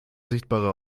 sichtbare